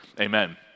amen